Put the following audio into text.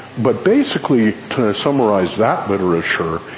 but basically, to summarise that literature,